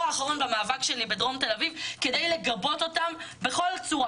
האחרון במאבק שלי בדרום תל אביב כדי לגבות אותם בכל צורה.